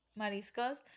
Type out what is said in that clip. Mariscos